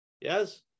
yes